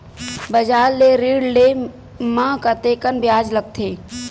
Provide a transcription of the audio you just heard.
बजार ले ऋण ले म कतेकन ब्याज लगथे?